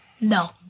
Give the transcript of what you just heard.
No